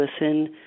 listen